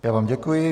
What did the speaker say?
Já vám děkuji.